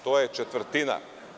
To je četvrtina.